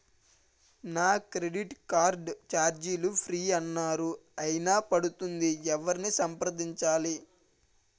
నా credit card ఛార్జీలు free అన్నారు అయినా పడుతుంది ఎవరిని సంప్రదించాలి?